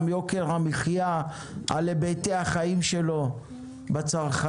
יוקר המחיה על היבטי החיים שלו בצרכנות,